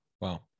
Wow